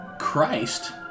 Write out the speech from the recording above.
Christ